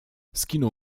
skinął